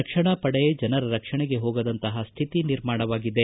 ರಕ್ಷಣಾ ಪಡೆ ಜನರ ರಕ್ಷಣೆಗೆ ಹೋಗದಂತಪ ಸ್ಥಿತಿ ನಿರ್ಮಾಣವಾಗಿದೆ